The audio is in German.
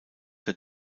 der